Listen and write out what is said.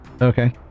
okay